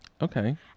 Okay